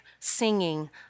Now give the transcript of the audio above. singing